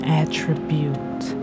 attribute